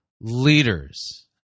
leaders